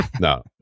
No